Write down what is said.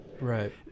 Right